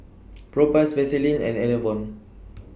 Propass Vaselin and Enervon